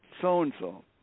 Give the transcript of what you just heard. so-and-so